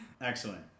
Excellent